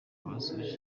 basoje